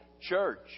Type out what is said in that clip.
church